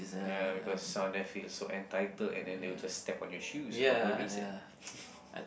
ya because some of them feel so entitled and then they will just step on your shoes for no reason